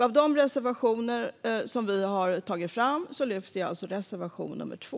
Av de reservationer som vi har tagit fram yrkar jag alltså bifall till reservation 2.